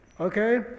okay